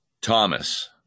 Thomas